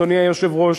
אדוני היושב-ראש,